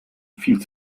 viel